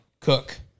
cook